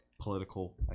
political